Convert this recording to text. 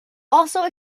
also